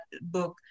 book